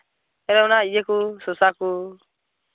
ᱦᱮᱸ ᱚᱱᱟ ᱤᱭᱟᱹ ᱠᱚ ᱥᱚᱥᱟ ᱠᱚ